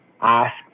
ask